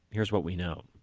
here's what we know.